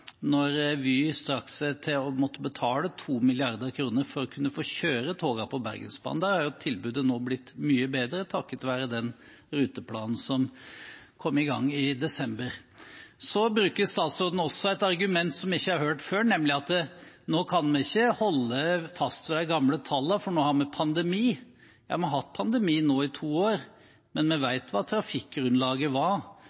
når Vy strakk seg til å måtte betale 2 mrd. kr for å kunne få kjøre togene på Bergensbanen. Der har tilbudet nå blitt mye bedre, takket være den ruteplanen som kom i gang i desember. Så bruker statsråden også et argument som jeg ikke har hørt før, nemlig at nå kan vi ikke holde fast ved de gamle tallene, for nå har vi pandemi. Ja, vi har hatt pandemi nå i to år, men vi